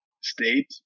state